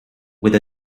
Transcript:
with